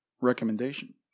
recommendation